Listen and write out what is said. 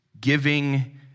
giving